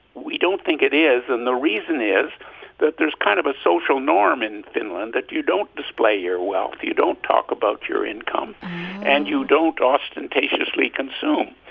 we don't think it is. and the reason is that there's kind of a social norm in finland that you don't display your wealth, you don't talk about your income and you don't ostentatiously consume.